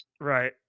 Right